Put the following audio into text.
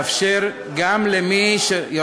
שתאפשר גם למי, מה היה חשוב לך?